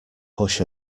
hush